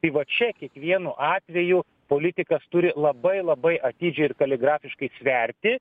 tai va čia kiekvienu atveju politikas turi labai labai atidžiai ir kaligrafiškai sverti